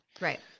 Right